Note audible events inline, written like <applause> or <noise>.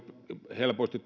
helposti <unintelligible>